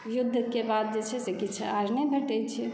युद्धके बाद जे छै से किछु आओर नहि भेटै छै